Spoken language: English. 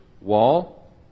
wall